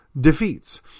defeats